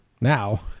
Now